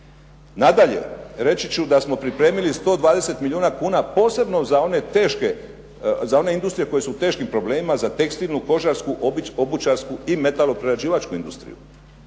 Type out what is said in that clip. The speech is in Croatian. Nadalje, reći ću da smo pripremili 120 milijuna kuna posebno za one teške, za one industrije koji su u teškim problemima, za tekstilnu, kožarsku, obućarsku i metalnoprerađivačku industriju.